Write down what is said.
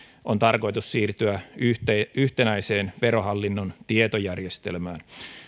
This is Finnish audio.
on tarkoitus siirtyä yhtenäiseen verohallinnon tietojärjestelmään